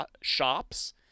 shops